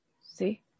See